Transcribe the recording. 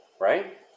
Right